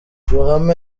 ruhame